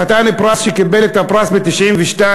חביבי, חתן פרס שקיבל את הפרס ב-1992,